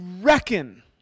reckon